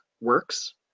works